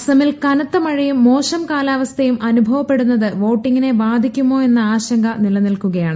അസമിൽ കനത്ത മഴയും മോശം കാലാവസ്ഥയും അനുഭവപ്പെടുന്നത് വോട്ടിങ്ങിനെ ബാധിക്കുമൊയെന്ന ആശങ്ക നിലനിൽക്കുകയാണ്